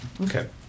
Okay